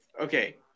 okay